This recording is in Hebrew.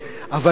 אבל אני,